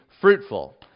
fruitful